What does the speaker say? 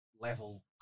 level